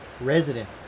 resident